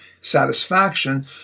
satisfaction